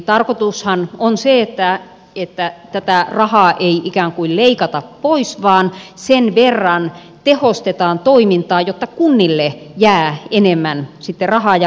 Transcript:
tarkoitushan on se että tätä rahaa ei ikään kuin leikata pois vaan sen verran tehostetaan toimintaa että kunnille jää enemmän rahaa ja liikkumavaraa